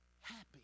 happy